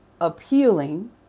appealing